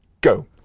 Go